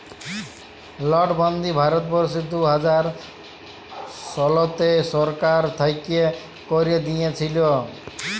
লটবল্দি ভারতবর্ষে দু হাজার শলতে সরকার থ্যাইকে ক্যাইরে দিঁইয়েছিল